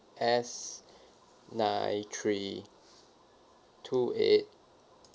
S nine three two eight